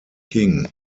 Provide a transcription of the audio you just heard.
king